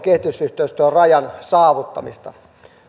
kehitysyhteistyörajan saavuttamista